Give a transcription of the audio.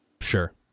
Sure